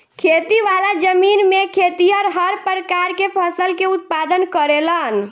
खेती वाला जमीन में खेतिहर हर प्रकार के फसल के उत्पादन करेलन